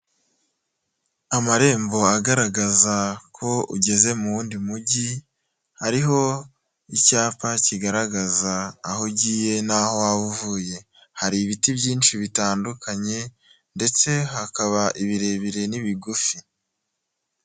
Amarembo agaragaza ko ugeze mu wundi mujyi ,hariho icyapa kigaragaza aho ugiye n'aho waba uvuye, hari ibiti byinshi bitandukanye ndetse hakaba ibirebire n'ibigufi.